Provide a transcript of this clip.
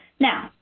now,